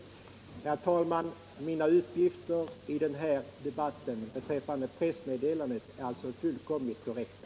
Herr talman! Mina uppgifter i den här debatten beträffande pressmeddelandet är alltså fullständigt korrekta.